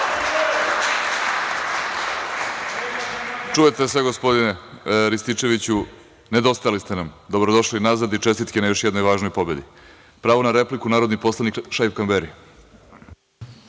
Čujete sve gospodine Rističeviću. Nedostajali ste nam. Dobrodošli nazad i čestitke na još jednoj važnoj pobedi. Pravo na repliku narodni poslanik Šaip Kamberi.